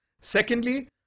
Secondly